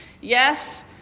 yes